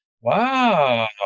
wow